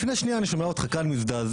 לפני שנייה אני שומע אותך כאן מזדעזע,